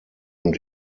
und